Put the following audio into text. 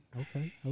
okay